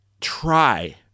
try